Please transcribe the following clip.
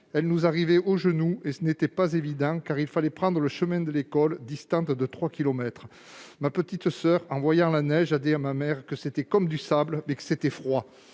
neige nous arrivait aux genoux et ce n'était pas évident, car il fallait prendre le chemin de l'école, distante de trois kilomètres. Ma petite soeur, en voyant la neige, a dit à ma mère que c'était comme du sable mais que c'était froid.